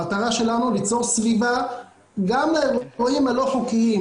המטרה שלנו היא ליצור סביבה גם לאירועים הלא חוקיים